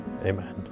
Amen